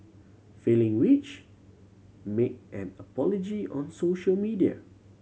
failing which make an apology on social media